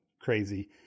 crazy